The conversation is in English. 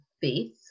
faith